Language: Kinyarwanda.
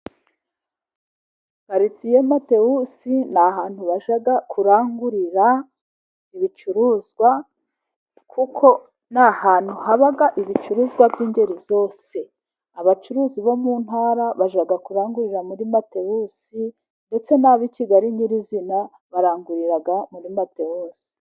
Karitsiye matewusi ni ahantu bajya kurangurira ibicuruzwa, kuko ni ahantu haba ibicuruzwa by'ingeri zose, abacuruzi bo mu ntara bajya kurangurira muri matewusi, ndetse n'ab'i Kigali nyirizina barangurira muri matewusi.